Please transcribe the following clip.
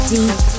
Deep